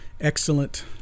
excellent